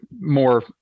more